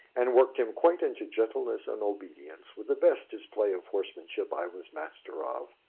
and worked him quite into gentleness and obedience with the best display of horsemanship i was master of.